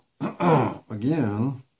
again